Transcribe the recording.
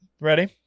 ready